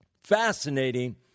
fascinating